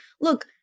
look